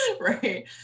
right